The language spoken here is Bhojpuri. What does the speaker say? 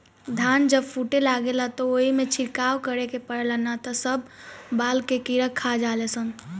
धान जब फूटे लागेला त ओइमे छिड़काव करे के पड़ेला ना त सब बाल के कीड़ा खा जाले सन